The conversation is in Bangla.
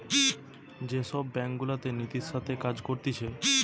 যে সব ব্যাঙ্ক গুলাতে নীতির সাথে কাজ করতিছে